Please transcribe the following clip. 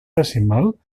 decimal